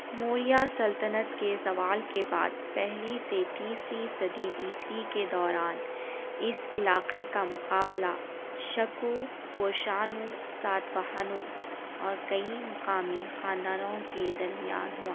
موریہ سلطنت کے زوال کے بعد پہلی سے تیسری صدی عیسوی کے دوران اس علاقے کا مقابلہ شکوں کوشانوں ساتواہنوں اور کئی مقامی خاندانوں کے درمیان ہوا